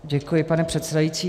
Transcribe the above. Děkuji, pane předsedající.